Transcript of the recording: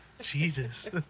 Jesus